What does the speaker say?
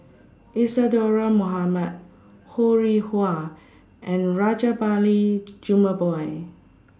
Isadhora Mohamed Ho Rih Hwa and Rajabali Jumabhoy